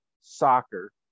soccer